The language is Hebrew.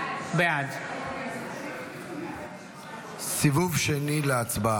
בעד סיבוב שני להצבעה.